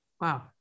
wow